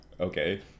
Okay